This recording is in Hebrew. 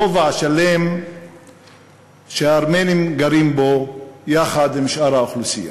רובע שלם שהארמנים גרים בו יחד עם שאר האוכלוסייה.